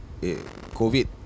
COVID